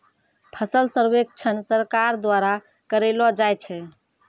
फसल सर्वेक्षण सरकार द्वारा करैलो जाय छै